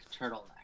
turtleneck